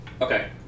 Okay